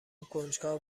کنجکاو